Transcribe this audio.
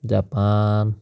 Japan